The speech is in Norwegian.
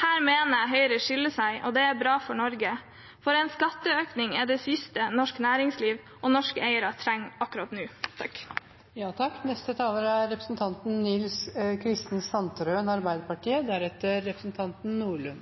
Her mener jeg Høyre skiller seg ut, og det er bra for Norge. For en skatteøkning er det siste norsk næringsliv og norske eiere trenger akkurat nå. Nå er det arbeidsfolks tur. Det er